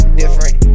different